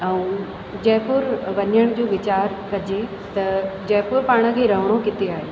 ऐं जयपुर वञण जो वीचार कजे त जयपुर पाण खे रहणो किथे आहे